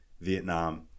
Vietnam